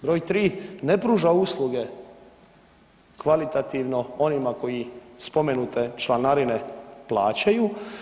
Broj tri, ne pruža usluge kvalitativno onima koji spomenute članarine plaćaju.